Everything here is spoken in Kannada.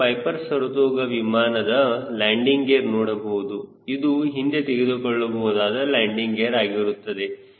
ನೀವು ಪೈಪರ್ ಸರತೋಗ ವಿಮಾನದ ಲ್ಯಾಂಡಿಂಗ್ ಗೇರ್ ನೋಡಬಹುದು ಇದು ಹಿಂದೆತೆಗೆದುಕೊಳ್ಳಬಹುದಾದ ಲ್ಯಾಂಡಿಂಗ್ ಗೇರ್ ಆಗಿರುತ್ತದೆ